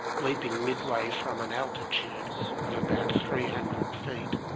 leaping midway from an altitude of about three hundred feet,